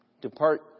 Depart